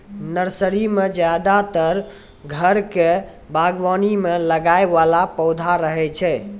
nursery मॅ ज्यादातर घर के बागवानी मॅ लगाय वाला पौधा रहै छै